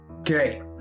Okay